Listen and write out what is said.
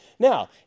Now